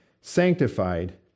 sanctified